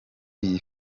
iyi